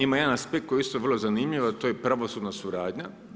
Ima jedan aspekt koji je isto vrlo zanimljiv, a to je pravosudna suradnja.